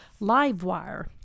LiveWire